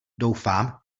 doufám